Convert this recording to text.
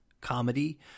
comedy